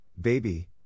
baby